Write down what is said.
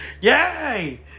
Yay